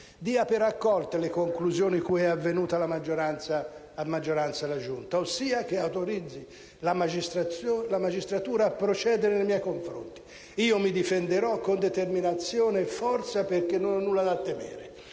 dia per accolte le conclusioni cui è pervenuta a maggioranza la Giunta, ossia che autorizzi la magistratura a procedere nei miei confronti. Io mi difenderò con determinazione e forza, perché non ho nulla da temere.